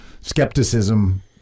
skepticism